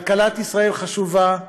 כלכלת ישראל חשובה,